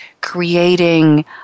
creating